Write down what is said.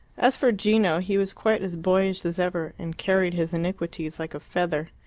as for gino, he was quite as boyish as ever, and carried his iniquities like a feather.